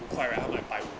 五块 right 她卖百五